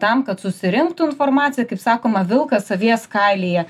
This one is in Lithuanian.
tam kad susirinktų informaciją kaip sakoma vilkas avies kailyje